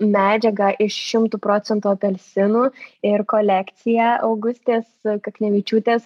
medžiagą iš šimtu procentų apelsinų ir kolekciją augustės kaknevičiūtės